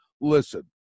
Listen